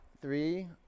three